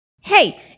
Hey